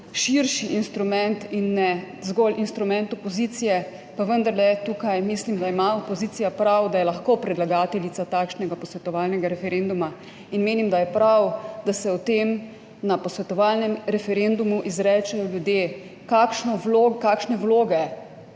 širši instrument in ne zgolj instrument opozicije, pa vendar mislim, da ima opozicija prav, da je lahko predlagateljica takšnega posvetovalnega referenduma. In menim, da je prav, da se o tem na posvetovalnem referendumu izrečejo ljudje, kakšne vloge